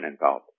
involved